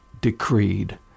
decreed